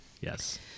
yes